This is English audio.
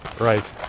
Right